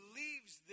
leaves